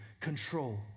control